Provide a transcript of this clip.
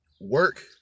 work